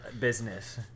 business